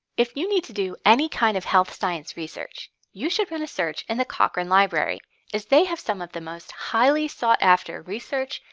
if you need to do any kind of health science research, you should do a search in the cochrane library as they have some of the most highly sought after research,